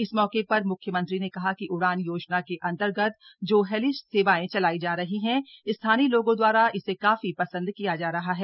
इस मौके पर म्ख्यमंत्री ने कहा कि उड़ान योजना के अन्तर्गत जो हेली सेवाएं चलाई जा रही हैं स्थानीय लोगों द्वारा इसे काफी पंसद किया जा रहा है